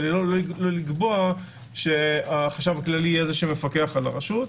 ולא לקבוע שהחשב הכללי יהיה זה שמפקח על הרשות.